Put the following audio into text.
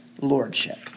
lordship